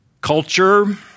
Culture